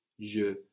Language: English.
Je